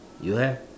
you have